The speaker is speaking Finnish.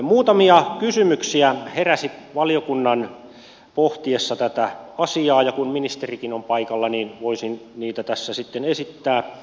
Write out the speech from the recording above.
muutamia kysymyksiä heräsi valiokunnan pohtiessa tätä asiaa ja kun ministerikin on paikalla voisin niitä tässä sitten esittää